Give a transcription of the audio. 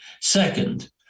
second